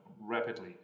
rapidly